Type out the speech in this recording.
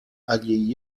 agli